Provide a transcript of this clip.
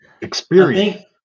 experience